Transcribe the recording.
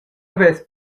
havess